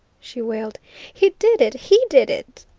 she wailed he did it, he did it!